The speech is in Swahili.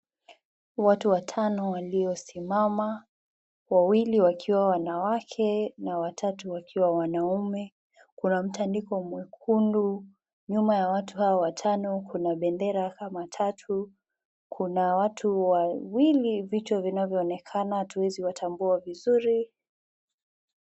Watu watano walio simama, wawili wakiwa wanawake na watatu wakiwa wanaume, kuna mtaandiko mwekundu nyuma ya watu hawa watano, kuna bendera kama tatu, kuna watu wawili vichwa vinavyonekana hatuwezi watambua vizuri.